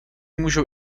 můžou